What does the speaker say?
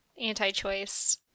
anti-choice